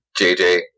JJ